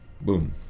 Boom